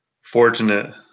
fortunate